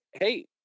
hey